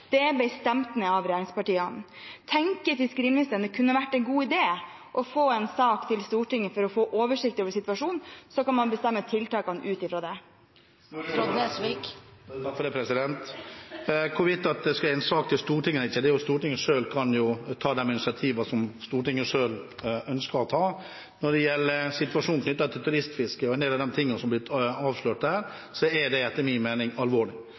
Det ble stemt ned av regjeringspartiene. Tenker fiskeriministeren at det kunne vært en god idé å få en sak til Stortinget for å få oversikt over situasjonen, så man kan bestemme tiltakene ut fra det? Når det gjelder hvorvidt det skal en sak til Stortinget eller ikke, kan jo Stortinget selv ta de initiativene som de ønsker å ta. Når det gjelder situasjonen knyttet til turistfisket og en del av de tingene som er blitt avslørt der, er det etter min mening alvorlig.